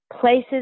places